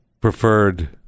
preferred